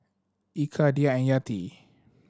Eka Dhia and Yati